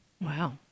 wow